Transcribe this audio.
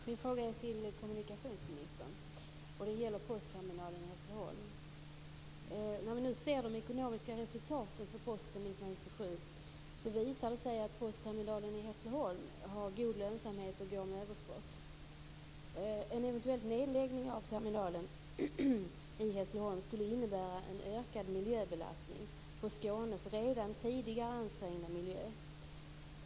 Fru talman! Jag har en fråga till kommunikationsministern. Det gäller postterminalen i Hässleholm. Vi kan nu se de ekonomiska resultaten för Posten 1997. Postterminalen i Hässleholm visar sig ha god lönsamhet och går med överskott. En eventuell nedläggning av terminalen i Hässleholm skulle innebära en ökad miljöbelastning på Skånes redan ansträngda miljö.